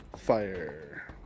fire